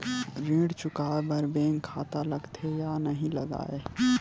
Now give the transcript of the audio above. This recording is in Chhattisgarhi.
ऋण चुकाए बार बैंक खाता लगथे या नहीं लगाए?